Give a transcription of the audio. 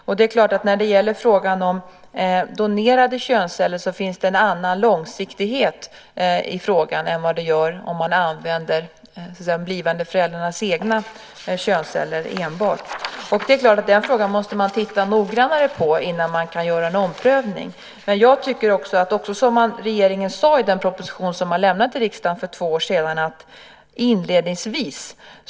Och det är klart att i fråga om donerade könsceller finns det en annan långsiktighet än om man enbart använder de blivande föräldrarnas egna könsceller. Det är klart att man måste titta noggrannare på frågan innan man kan göra en omprövning. I den proposition som regeringen lämnade till riksdagen för två år sedan sade man "inledningsvis".